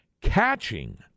Catching